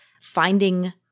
finding